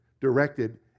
directed